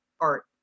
art